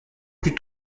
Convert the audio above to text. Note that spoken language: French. plus